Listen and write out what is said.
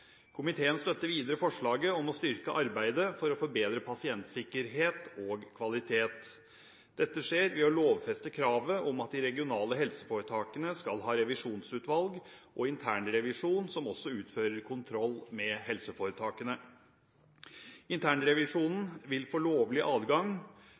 Komiteen støtter videre forslaget om å styrke arbeidet for å forbedre pasientsikkerhet og kvalitet. Dette skjer ved å lovfeste kravet om at de regionale helseforetakene skal ha revisjonsutvalg og internrevisjon, som også utfører kontroll med helseforetakene.